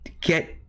get